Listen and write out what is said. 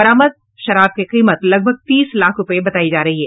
बरामद शराब की कीमत लगभग तीस लाख रुपये बताई जा रही है